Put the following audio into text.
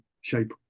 shape